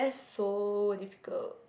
so difficult